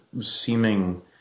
seeming